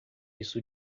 isso